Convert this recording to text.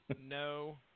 no